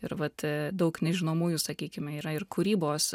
ir vat daug nežinomųjų sakykime yra ir kūrybos